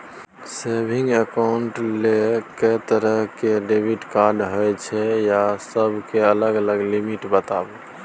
Saving accounts ल के तरह के डेबिट कार्ड होय छै आ सब के अलग अलग लिमिट बताबू?